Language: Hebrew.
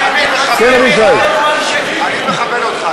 אדוני השר, אני מכבד אותך.